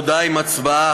והודעה עם הצבעה,